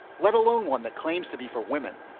let alone one that claims to be for women,